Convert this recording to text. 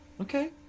Okay